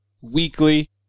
weekly